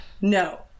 no